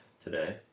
today